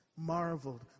marveled